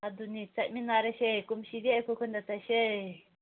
ꯑꯗꯨꯅꯤ ꯆꯠꯃꯤꯟꯅꯔꯁꯦ ꯀꯨꯝꯁꯤꯗꯤ ꯑꯩꯈꯣꯏ ꯈꯨꯟꯗ ꯆꯠꯁꯦ